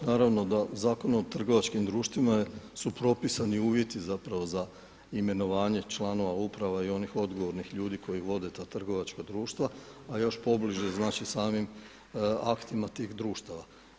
Naravno da Zakonom o trgovačkim društvima su propisani uvjeti zapravo za imenovanje članova uprava i onih odgovornih ljudi koji vode ta trgovačka društva, a još pobliže znači samim aktima tih društava.